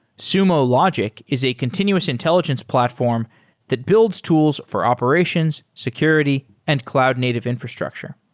sumo logic is a continuous intelligence platform that builds tools for operations, security and cloud native infrastructure.